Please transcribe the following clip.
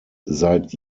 seit